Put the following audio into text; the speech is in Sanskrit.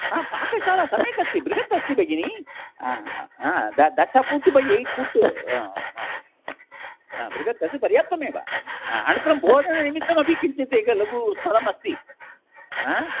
हा पाकशाला सम्यक् अस्ति बृहत् अस्ति भगिनि दशफ़ूट् बै ऐट् फ़ूट् बृहत् तद् पर्याप्तम् एव अनन्तरं भोजननिमित्तम् अपि किञ्चित् एकं लघु स्थलमस्ति